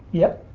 yep.